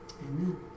Amen